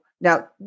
now